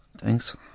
Thanks